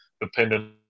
depending